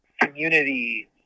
community